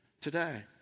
today